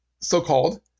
so-called